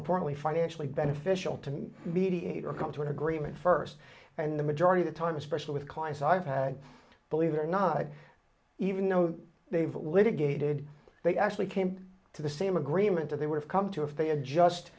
importantly financially beneficial to mediate or come to an agreement first and the majority the time especially with clients i believe or not even though they've litigated they actually came to the same agreement that they would have come to if they had just